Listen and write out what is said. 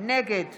נגד